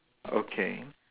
okay